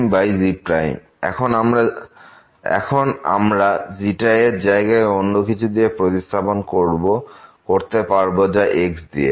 এবং এখন আমরা এর জায়গায় অন্য কিছু দিয়ে প্রতিস্থাপন করতে পারব বা x দিয়েও